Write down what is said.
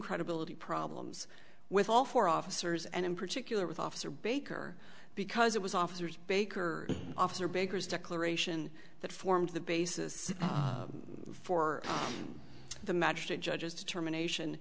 credibility problems with all four officers and in particular with officer baker because it was officers baker officer baker's declaration that formed the basis for the magistrate judges determination